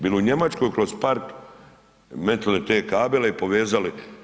Bili u Njemačkoj kroz park metnuli te kabele i povezali?